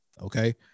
Okay